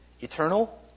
eternal